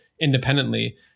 independently